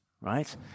right